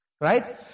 Right